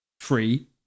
free